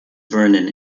vernon